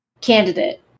candidate